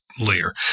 layer